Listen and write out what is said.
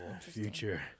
Future